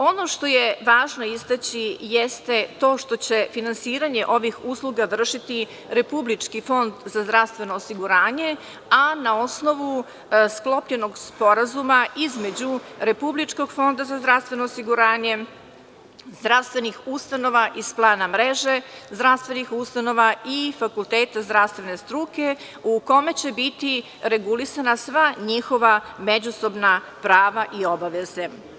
Ono što je istaći, jeste to što će finansiranje ovih usluga vršiti Republički fond za zdravstvo osiguranje, a na osnovu sklopljenog sporazuma između Republičkog fonda za zdravstveno osiguranje, zdravstvenih ustanova iz plana mreža, zdravstvenih ustanova i fakulteti zdravstvene struke, u kome će biti regulisana sva njihova međusobna prava i obaveze.